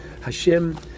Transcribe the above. Hashem